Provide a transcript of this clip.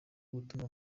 gutuma